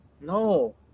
No